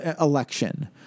election